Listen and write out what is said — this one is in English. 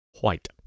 white